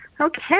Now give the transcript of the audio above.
Okay